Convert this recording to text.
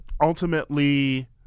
ultimately